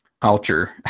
culture